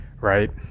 Right